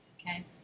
Okay